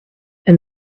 and